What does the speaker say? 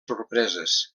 sorpreses